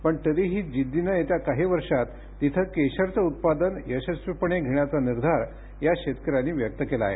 पण तरीही जिद्दीनं येत्या काही वर्षात तिथं केशरचं उत्पादन यशस्वीपणे घेण्याचा निर्धार या शेतकऱ्यांनी व्यक्त केलाय